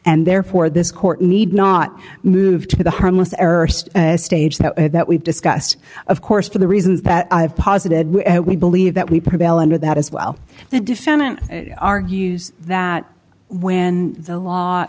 and therefore this court need not move to the harmless error stage that we've discussed of course for the reasons that i have posited we believe that we prevail under that as well the defendant argues that when the law